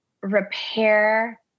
repair